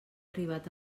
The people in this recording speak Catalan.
arribat